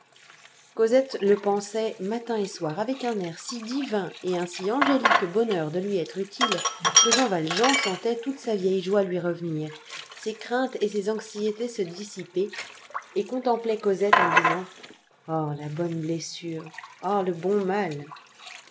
cosette le pansait matin et soir avec un air si divin et un si angélique bonheur de lui être utile que jean valjean sentait toute sa vieille joie lui revenir ses craintes et ses anxiétés se dissiper et contemplait cosette en disant oh la bonne blessure oh le bon mal